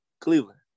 Cleveland